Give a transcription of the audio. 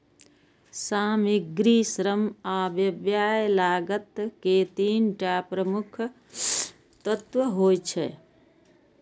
सामग्री, श्रम आ व्यय लागत के तीन टा प्रमुख तत्व होइ छै